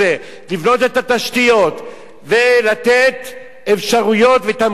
לבנות את התשתיות ולתת אפשרויות ותמריצים,